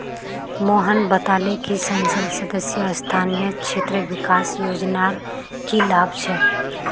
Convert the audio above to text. मोहन बताले कि संसद सदस्य स्थानीय क्षेत्र विकास योजनार की लाभ छेक